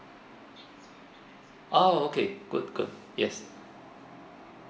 oh okay good good yes